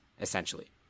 essentially